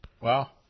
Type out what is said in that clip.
Wow